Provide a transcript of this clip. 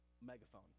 megaphone